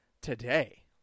today